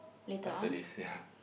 after this ya